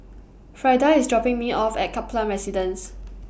Frida IS dropping Me off At Kaplan Residence